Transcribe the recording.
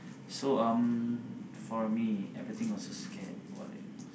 so um for me everything also scared what are you most